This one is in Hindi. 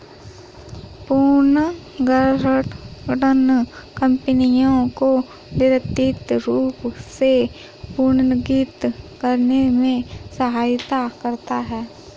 पुनर्गठन कंपनियों को वित्तीय रूप से पुनर्गठित करने में सहायता करता हैं